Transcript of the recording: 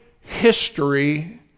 history